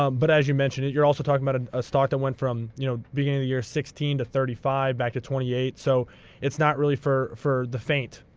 um but as you mentioned it, you're also talking about a start to went from you know beginning the year sixteen, to thirty five, back to twenty eight. so it's not really for for the faint.